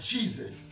Jesus